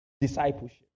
Discipleship